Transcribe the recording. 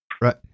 Right